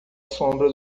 sombra